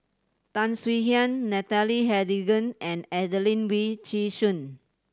Tan Swie Hian Natalie Hennedige and Adelene Wee Chin Suan